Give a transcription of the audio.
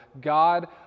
God